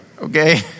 okay